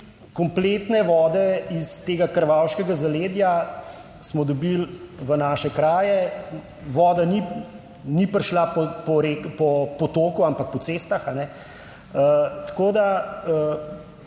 kompletne vode iz tega krvavškega zaledja, smo dobili v naše kraje. Voda ni prišla po potoku, ampak po cestah.